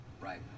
right